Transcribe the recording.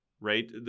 right